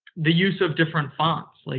the use of different fonts. like